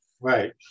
Right